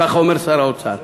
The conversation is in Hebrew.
כך אומר שר האוצר,